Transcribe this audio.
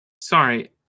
Sorry